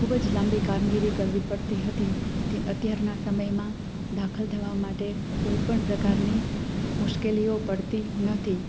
ખુબજ લાંબી કામગીરી કરવી પડતી હતી તે અત્યારનાં સમયમાં દાખલ થવા માટે કોઈપણ પ્રકારની મુશ્કેલીઓ પડતી નથી